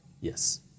Yes